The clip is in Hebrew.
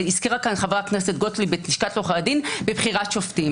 הזכירה כאן חברת הכנסת גוטליב את לשכת עורכי הדין בבחירת שופטים.